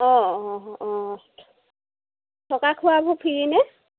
অঁ অঁ অঁ থকা খোৱাবোৰ ফ্ৰী নে